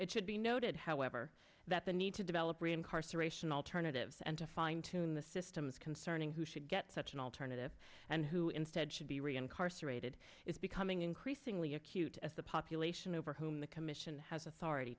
it should be noted however that the need to develop re incarceration alternatives and to fine tune the systems concerning who should get such an alternative and who instead should be re and carcer rated is becoming increasingly acute as the population over whom the commission has authority